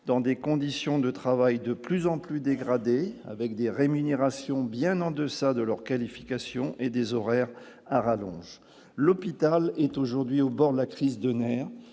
dans des conditions de travail de plus en plus dégradé, avec des rémunérations bien en deçà de leurs qualifications et des horaires à rallonge, l'hôpital est aujourd'hui au bord de la crise de nerfs,